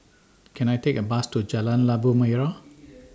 Can I Take A Bus to Jalan Labu Merah